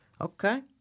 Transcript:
Okay